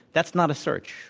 that's not a search.